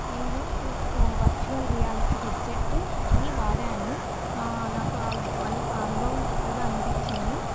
నేను virtual reality హెడ్సెట్ని వాడాను నాకు వాళ్ళు ఆ అనుభవం కొత్తగా అనిపించింది